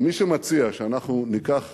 ומי שמציע שאנחנו ניקח